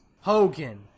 Hogan